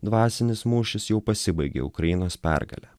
dvasinis mūšis jau pasibaigė ukrainos pergale